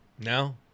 No